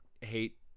hate